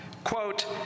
Quote